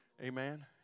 Amen